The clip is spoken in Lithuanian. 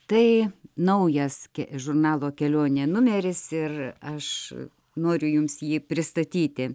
tai naujas žurnalo kelionė numeris ir aš noriu jums jį pristatyti